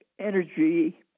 energy